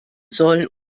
soll